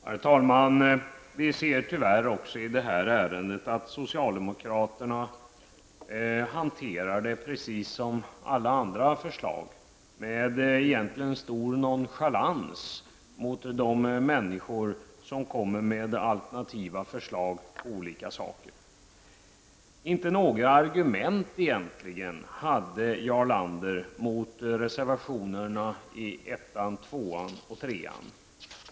Herr talman! Vi ser tyvärr i det här ärendet att socialdemokraterna hanterar det precis som alla andra förslag -- med stor nonchalans mot de människor som kommer med alternativa förslag. Jarl Lander hade egentligen inte några argument mot reservationerna 1, 2 och 3.